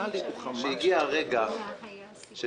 אני חושב שהגיע הרגע שתפנימו.